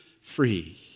free